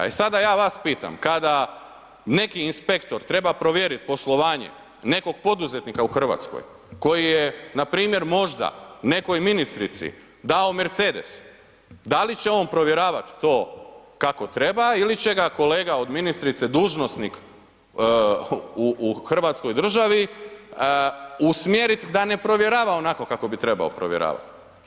E sada ja vas pitam kada neki inspektor treba provjeriti poslovanje nekog poduzetnika u Hrvatskoj koji je npr. možda nekoj ministrici dao Mercedes da li će on provjeravati to kako treba ili će ga kolega od ministrice, dužnosnik u Hrvatskoj državi usmjeriti da ne provjerava onako kako bi trebao provjeravati?